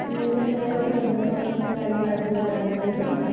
मेरा नया घर बना है उसमें आलमारी बना देंगी